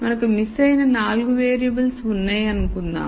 మనకు మిస్ అయిన 4 వేరియబుల్స్ ఉన్నాయనుకుందాం